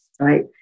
right